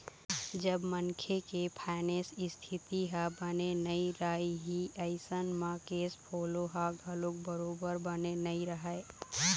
जब मनखे के फायनेंस इस्थिति ह बने नइ रइही अइसन म केस फोलो ह घलोक बरोबर बने नइ रहय